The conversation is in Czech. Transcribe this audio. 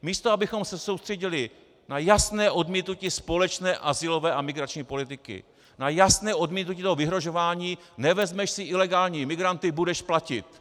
Místo abychom se soustředili na jasné odmítnutí společné azylové a migrační politiky, na jasné odmítnutí toho vyhrožování nevezmeš si ilegální migranty, budeš platit!